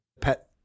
pet